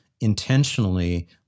intentionally